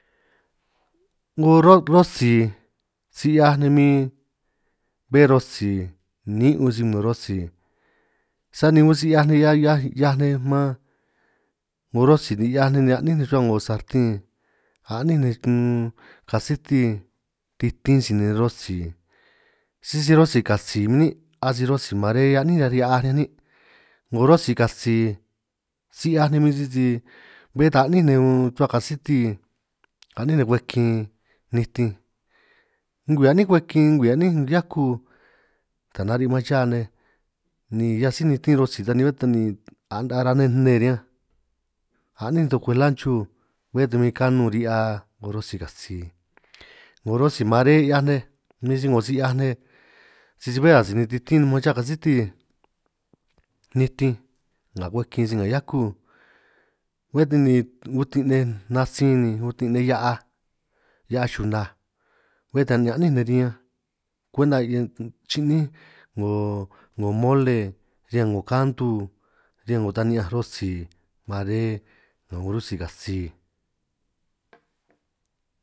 'Ngo ro' ro'si si 'hiaj nej min bé ro'si nin' un sin nun ro'si, sani un si 'hiaj ni 'hiaj 'hiaj nej man 'ngo rosi ni 'hiaj nej ni a'nín rruhua 'ngo sarten, a'nin nej kin kasiti titin sinin nej rosi sisi rosi katsi min nin' asi ro'si mare, a'nin nej riñan hia'aj nin' 'ngo rosi katsi si 'hiaj nej min sisi bé ta a'nín nej, un rruhua kasiti ka'nin nej kwej kin nitinj ngwii a'nín kwej kin ngwii a'nín hiaju, taj nari' maan cha nej ni hiaj sij nitin ro'si ta bé ni nda ara nej nne riñanj, a'nín nej toj kwej lanchu bé ta min kanun ri'hia 'ngo rosi katsi 'ngo rosi mare, 'hiaj nej min si 'ngo si 'hiaj nej sisi bé ka' sinin titín nej man chuhua kasiti nitinj, nga kwej kin si nga hiaju bé ta ni utin' nej natsin ni utinj nej hia'aj hia'aj chunaj, bé ta ni a'nin nej riñanj kwenta chi'ní 'ngo 'ngo mole riñan 'ngo kantu, riñan 'ngo ta ni'ñanj rotsi mare nga 'ngo ro'si katsi.